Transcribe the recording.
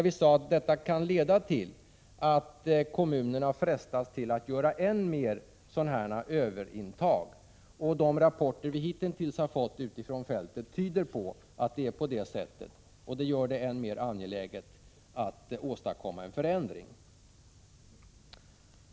Vi sade då att kommunerna kan frestas till att göra än fler överintag, och de rapporter vi hitintills har fått från fältet tyder på att det är på det sättet. Det gör det än mer angeläget att åstadkomma en förändring.